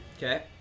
Okay